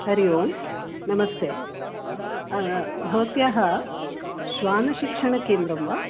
हरिः ओं नमस्ते भवत्याः श्वानशिक्षणकेन्द्रं वा